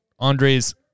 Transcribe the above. Andre's